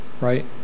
Right